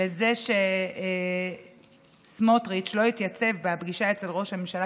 לזה שסמוטריץ' לא התייצב לפגישה אצל ראש הממשלה,